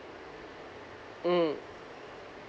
mm